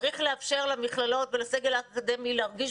צריך לאפשר למכללות ולסגל האקדמי להרגיש